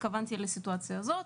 התכוונתי לסיטואציה הזאת,